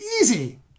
Easy